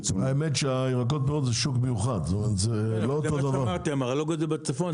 האמת שפירות וירקות זה שוק מיוחד --- המרלו"ג הזה בצפון,